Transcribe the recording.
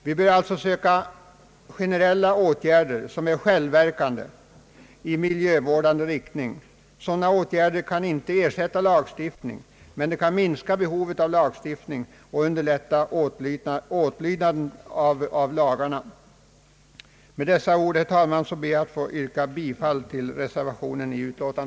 Vi bör alltså söka generella åtgärder som är självverkande i miljövårdande riktning. Sådana åtgärder kan inte ersätta lagstiftning, men de kan minska behovet av lagstiftning och underlätta åtlydnaden av lagarna. Med dessa ord, herr talman, ber jag att få yrka bifall till reservationen.